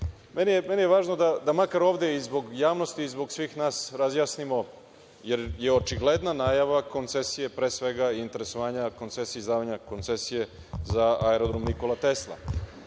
Meni je važno da makar ovde i zbog javnosti i zbog svih nas razjasnimo, jer je očigledna najava koncesije pre svega interesovanja izdavanja koncesije za Aerodrom „Nikola Tesla“.Ovde